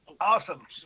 Awesome